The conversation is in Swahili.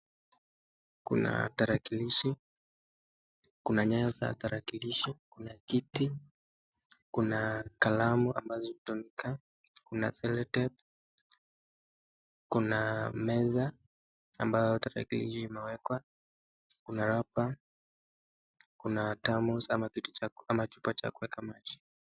Kuna tarakilishi, kuna nyayo za tarakilishi, kuna kiti, kuna kalamu ambazo tumika, kuna celotape kuna meza ambayo tarakilishi imewekwa, kuna hapa, kuna thermos[cs ] ama kitu cha , ama chupa cha kuweka maji.